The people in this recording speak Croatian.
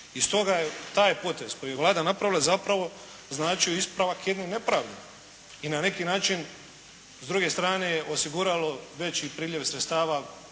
i stoga je taj potez koji je Vlada napravila značio ispravak jednih nepravdi i na neki način s druge strane je osiguralo veći priljev sredstava